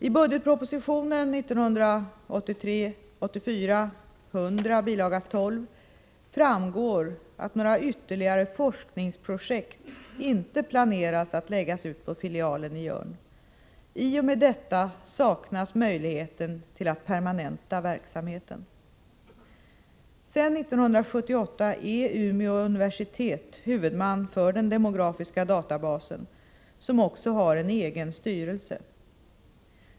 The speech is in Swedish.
I budgetpropositionen 1983/84:100, bilaga 12, framgår att några ytterligare forskningsprojekt inte planeras att läggas ut på filialen i Jörn. I och med detta saknas möjligheten till att permanenta verksamheten. Sedan 1978 är Umeå universitet huvudman för den demografiska databasen, som också har en egen styrelse.